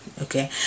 Okay